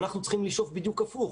ואנחנו צריכים לשאוף בדיוק הפוך.